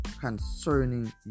concerning